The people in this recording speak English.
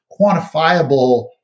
quantifiable